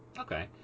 Okay